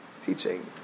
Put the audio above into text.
teaching